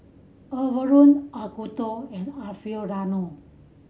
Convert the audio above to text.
Overrun Acuto and Alfio Raldo